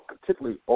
particularly